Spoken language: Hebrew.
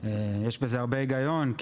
יש בזה הרבה היגיון,